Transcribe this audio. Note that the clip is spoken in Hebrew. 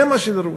זה מה שדרוש.